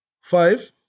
Five